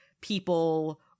people